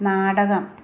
നാടകം